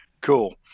cool